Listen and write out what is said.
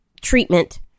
treatment